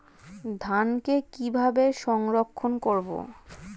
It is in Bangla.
ধানকে কিভাবে সংরক্ষণ করব?